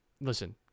listen